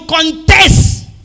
contest